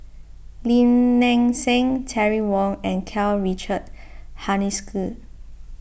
Lim Nang Seng Terry Wong and Karl Richard Hanitsch